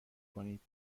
کنید